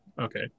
Okay